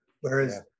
Whereas